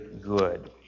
good